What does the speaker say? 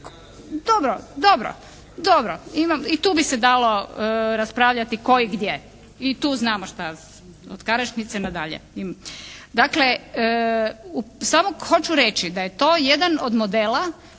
se ne čuje./… Dobro. I tu bi se dalo raspravljati tko i gdje. I tu znamo šta, od .../Govornica se ne razumije./… nadalje. Dakle, samo hoću reći da je to jedan od modela